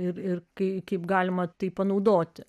ir ir kai kaip galima tai panaudoti